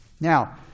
Now